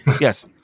Yes